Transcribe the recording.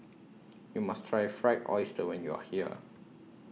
YOU must Try Fried Oyster when YOU Are here